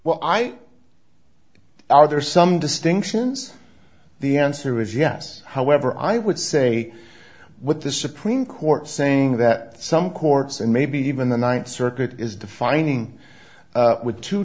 well i other some distinctions the answer is yes however i would say with the supreme court saying that some courts and maybe even the th circuit is defining with too